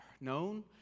known